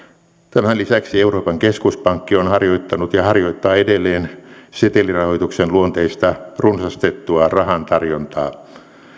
tämän lisäksi euroopan keskuspankki on harjoittanut ja harjoittaa edelleen setelirahoituksen luonteista runsastettua rahantarjontaa